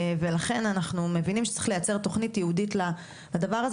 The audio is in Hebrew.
ולכן אנחנו מבינים שצריך לייצר תכנית ייעודית לדבר הזה